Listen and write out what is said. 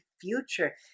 future